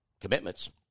commitments